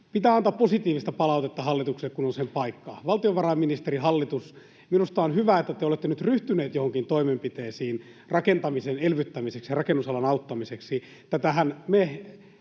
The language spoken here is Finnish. Pitää antaa positiivista palautetta hallitukselle, kun on sen paikka. Valtiovarainministeri, hallitus: Minusta on hyvä, että te olette nyt ryhtyneet joihinkin toimenpiteisiin rakentamisen elvyttämiseksi ja rakennusalan auttamiseksi.